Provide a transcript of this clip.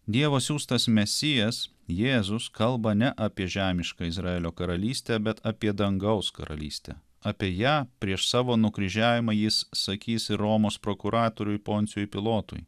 dievo siųstas mesijas jėzus kalba ne apie žemišką izraelio karalystę bet apie dangaus karalystę apie ją prieš savo nukryžiavimą jis sakys ir romos prokuratoriui poncijui pilotui